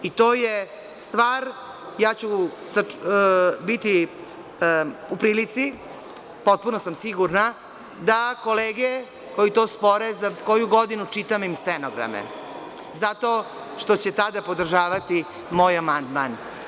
I to je stvar, ja ću biti u prilici, potpuno sam sigurna, da kolege koji to spore, za koju godinu da im čitam stenograme, zato što će tada podržavati moj amandman.